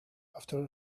after